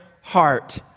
heart